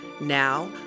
Now